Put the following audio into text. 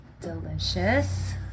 Delicious